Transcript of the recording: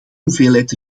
hoeveelheid